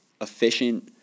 efficient